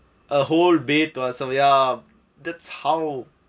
a whole bay towards us ya that's how